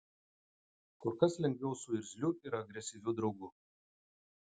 kur kas lengviau su irzliu ir agresyviu draugu